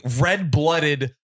red-blooded